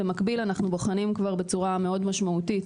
במקביל, אנחנו בוחנים בצורה מאוד משמעותית